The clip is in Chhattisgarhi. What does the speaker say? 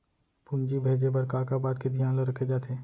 पूंजी भेजे बर का का बात के धियान ल रखे जाथे?